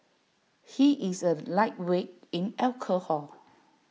he is A lightweight in alcohol